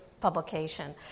publication